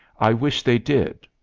i wish they did.